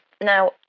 Now